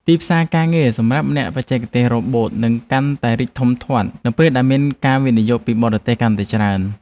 ទីផ្សារការងារសម្រាប់អ្នកបច្ចេកទេសរ៉ូបូតនឹងកាន់តែរីកធំធាត់នៅពេលដែលមានការវិនិយោគពីបរទេសកាន់តែច្រើន។